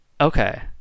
Okay